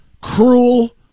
cruel